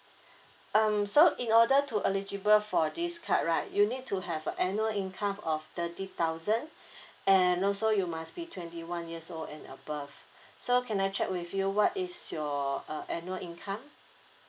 um so in order to eligible for this card right you need to have a annual income of thirty thousand and also you must be twenty one years old and above so can I check with you what is your uh annual income